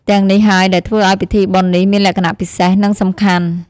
ទាំងនេះហើយដែលធ្វើឲ្យពិធីបុណ្យនេះមានលក្ខណៈពិសេស និងសំខាន់។